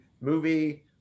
movie